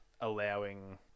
allowing